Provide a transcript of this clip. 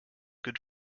good